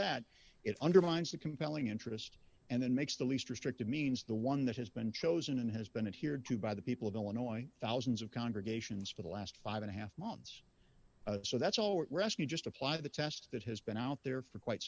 that it undermines the compelling interest and then makes the least restrictive means the one that has been chosen and has been adhere to by the people of illinois thousands of congregations for the last five and a half months so that's all we're asking just apply the test that has been out there for quite